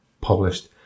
published